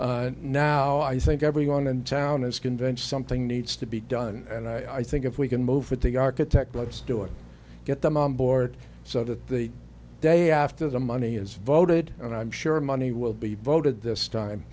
this now i think everyone in town is convention something needs to be done and i think if we can move with the architect let's do it get them on board so that the day after the money is voted and i'm sure money will be voted this time